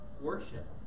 worship